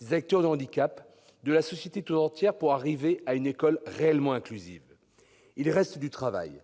des acteurs du handicap et de la société tout entière, pour bâtir une école réellement inclusive. Il reste du travail !